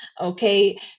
Okay